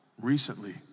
recently